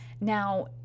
Now